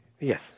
Yes